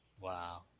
Wow